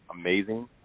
amazing